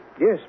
Yes